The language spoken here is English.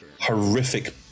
horrific